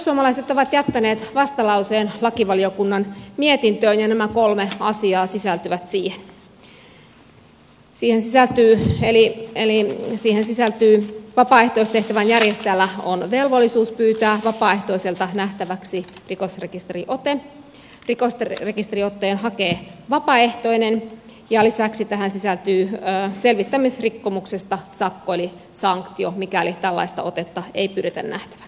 perussuomalaiset ovat jättäneet vastalauseen lakivaliokunnan mietintöön ja nämä kolme asiaa sisältyvät siihen eli siihen sisältyy se että vapaaehtoistehtävän järjestäjällä on velvollisuus pyytää vapaaehtoiselta nähtäväksi rikosrekisteriote rikosrekisteriotteen hakee vapaaehtoinen ja lisäksi tähän sisältyy selvittämisrikkomuksesta sakko eli sanktio mikäli tällaista otetta ei pyydetä nähtäväksi